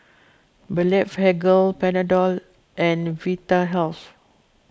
Blephagel Panadol and Vitahealth